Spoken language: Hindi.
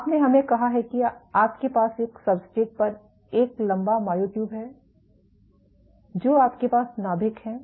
आपने हमें कहा है कि आपके पास एक सब्सट्रेट पर एक लंबा मायोट्यूब है जो आपके नाभिक हैं